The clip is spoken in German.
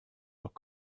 doch